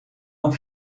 uma